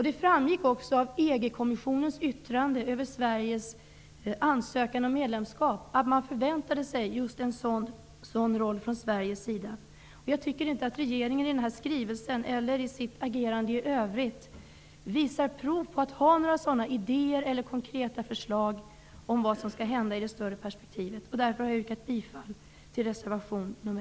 Det framgick också av EG-kommissionens yttrande över Sveriges ansökan om medlemskap att man förväntade sig att Sverige tog en sådan roll. Regeringen visar inte i den här skrivelsen eller i sitt agerande i övrigt prov på att ha några idéer eller konkreta förslag om vad som skall hända i det stora perspektivet. Jag har därför yrkat bifall till reservation 1.